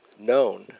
known